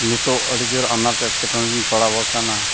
ᱱᱤᱛᱳᱜ ᱟᱹᱰᱤᱡᱳᱨ ᱟᱱᱟᱴ ᱮᱴᱠᱮᱴᱚᱬᱮᱨᱤᱧ ᱯᱟᱲᱟᱣ ᱟᱠᱟᱱᱟ